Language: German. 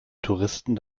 touristen